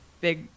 big